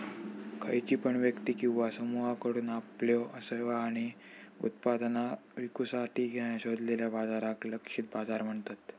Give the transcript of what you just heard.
खयची पण व्यक्ती किंवा समुहाकडुन आपल्यो सेवा आणि उत्पादना विकुसाठी शोधलेल्या बाजाराक लक्षित बाजार म्हणतत